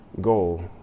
goal